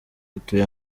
atuye